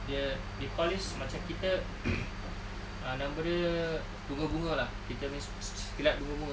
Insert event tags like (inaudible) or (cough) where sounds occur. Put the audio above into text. dia they call this macam kita (coughs) ah nama dia bunga-bunga lah kita punya silat bunga-bunga